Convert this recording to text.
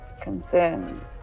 concern